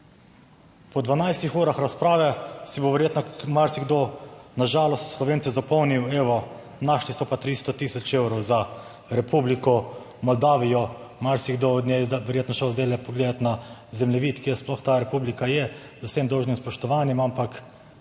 Po 12 urah razprave si bo verjetno marsikdo na žalost od Slovencev zapomnil: evo, našli so pa 300 tisoč evrov za Republiko Moldavijo. Marsikdo od njih zdaj bo verjetno šel zdaj pogledati na zemljevid, kje sploh ta republika je. Z vsem dolžnim spoštovanjem, ampak